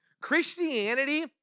Christianity